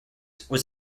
was